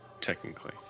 Technically